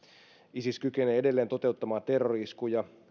isis kykenee edelleen toteuttamaan terrori iskuja